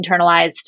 internalized